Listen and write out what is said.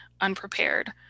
unprepared